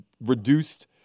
reduced